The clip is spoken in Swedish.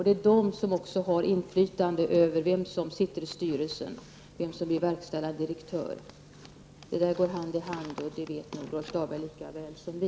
Det är dessa som också har inflytande över vem som sitter i styrelsen och vem som blir verkställande direktör. Detta går hand i hand, och det vet nog Rolf Dahlberg lika väl som vi.